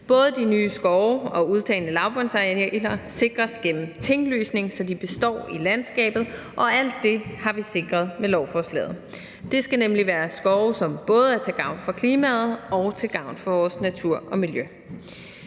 Både de nye skove og de udtagne lavbundsarealer sikres gennem tinglysning, så de består i landskabet, og alt det har vi sikret med lovforslaget. Det skal nemlig være skove, som både er til gavn for klimaet og til gavn for vores natur og miljø.